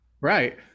Right